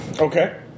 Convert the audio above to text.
okay